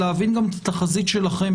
להבין גם את התחזית שלכם